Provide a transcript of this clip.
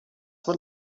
what